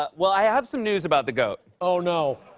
but well, i have some news about the goat. oh, no.